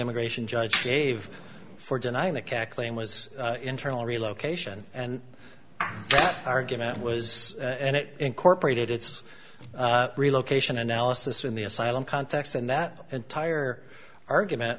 immigration judge gave for denying the cat claim was internal relocation and argument was and it incorporated its relocation analysis in the asylum context and that entire argument